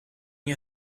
you